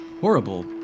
horrible